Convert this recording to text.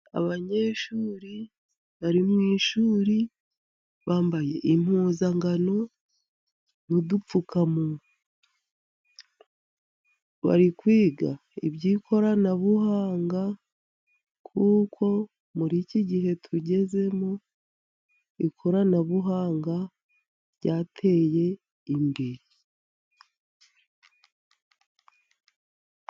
Abanyeshuri bari mu ishuri, bambaye impuzankano n'udupfukamunwa, bari kwiga iby'ikoranabuhanga, kuko muri iki gihe tugeze mo, ikoranabuhanga ryateye imbere.